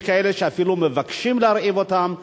יש כאלה שאפילו מבקשים להרעיב אותם.